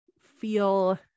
feel